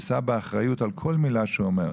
יישא באחריות על כל מילה שהוא אומר.